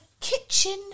Kitchen